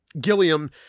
gilliam